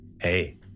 Hey